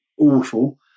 awful